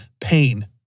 pain